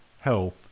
health